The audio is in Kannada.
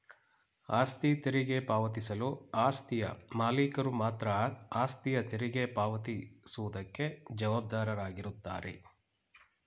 ಆಸ್ತಿ ತೆರಿಗೆ ಪಾವತಿಸಲು ಆಸ್ತಿಯ ಮಾಲೀಕರು ಮಾತ್ರ ಆಸ್ತಿಯ ತೆರಿಗೆ ಪಾವತಿ ಸುವುದಕ್ಕೆ ಜವಾಬ್ದಾರಾಗಿರುತ್ತಾರೆ